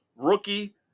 Rookie